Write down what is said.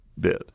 bid